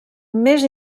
més